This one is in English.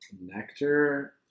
Nectar